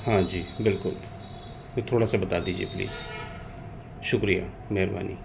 ہاں جی بالکل تھوڑا سا بتا دیجیے پلیز شکریہ مہربانی